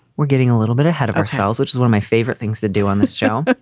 we're getting a little bit ahead of ourselves, which is where my favorite things to do on the show.